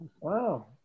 Wow